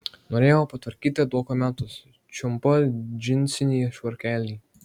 norėjau patvarkyti dokumentus čiumpu džinsinį švarkelį